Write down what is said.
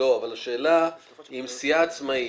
אבל השאלה האם יש לסיעה עצמאית,